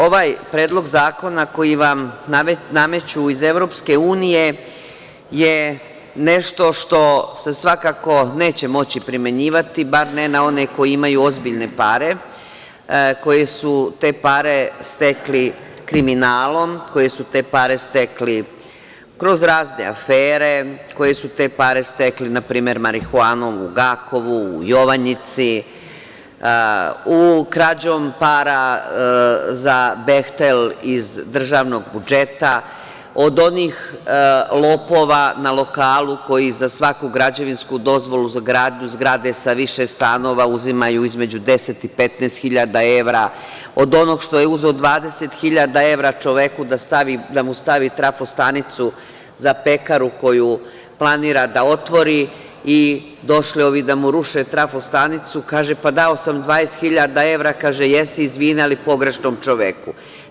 Ovaj predlog zakona koji vam nameću iz EU je nešto što se svakako neće moći primenjivati, bar ne na one koji imaju ozbiljne pare, koji su te pare stekli kriminalom, koji su te pare stekli kroz razne afere, koji su te pare stekli, na primer, marihuanom u Gakovu, u Jovanjici, krađom para za "Behte" iz državnog budžeta, od onih lopova na lokalu koji za svaku građevinsku dozvolu za gradnju zgrade sa više stanova uzimaju između 10 i 15 hiljada evra, od onog što je uzeo 20 hiljada evra čoveku da mu stavi trafo-stanicu za pekaru koju planira da otvori i došli ovi da mu ruše trafo-stanicu, kaže - pa, dao sam 20 hiljada evra, kažu - jesi, izvini, ali pogrešnom čoveku.